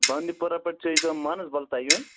بانڈی پورہ پیٚٹھ چھُو تۄہہِ مانسبل تانۍ یُن